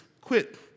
Quit